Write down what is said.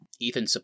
Ethan